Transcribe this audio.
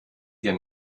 ihr